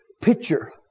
picture